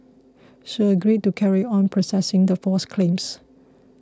she agreed to carry on processing the false claims